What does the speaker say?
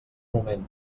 moment